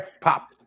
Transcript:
Pop